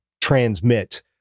transmit